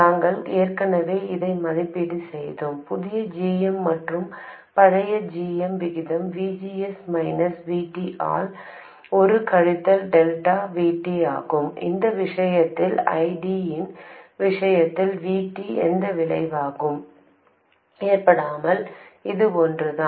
நாங்கள் ஏற்கனவே இதை மதிப்பீடு செய்தோம் புதிய g m மற்றும் பழைய g m விகிதம் V G S minus V T ஆல் ஒரு கழித்தல் டெல்டா V T ஆகும் இந்த விஷயத்தில் நிலையான I D இன் விஷயத்தில் V T எந்த விளைவையும் ஏற்படுத்தாததால் இது ஒன்றுதான்